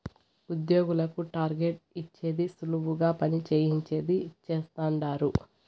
ఉద్యోగులకు టార్గెట్ ఇచ్చేది సులువుగా పని చేయించేది చేస్తండారు